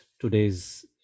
today's